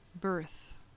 birth